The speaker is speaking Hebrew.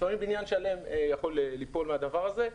שלם יכול ליפול מהדבר הזה.